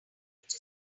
which